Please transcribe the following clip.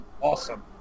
Awesome